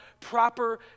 proper